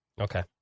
Okay